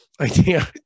idea